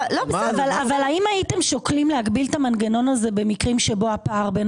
אבל הייתם שוקלים להגביל את המנגנון הזה במקרים שבהם הפער שבין